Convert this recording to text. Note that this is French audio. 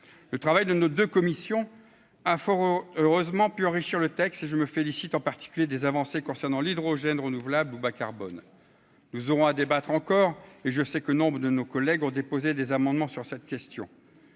le travail de ne de commission à Foro heureusement pu enrichir le texte et je me félicite, en particulier des avancées concernant l'hydrogène renouvelable ou bas-carbone, nous aurons à débattre encore et je sais que nombre de nos collègues ont déposé des amendements sur cette question